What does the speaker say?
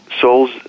souls